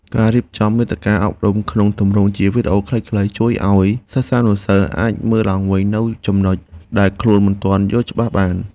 ការរៀបចំមាតិកាអប់រំក្នុងទម្រង់ជាវីដេអូខ្លីៗជួយឱ្យសិស្សានុសិស្សអាចមើលឡើងវិញនូវចំណុចដែលខ្លួនមិនទាន់យល់ច្បាស់បាន។